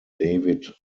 david